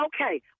okay